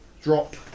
drop